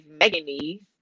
Meganese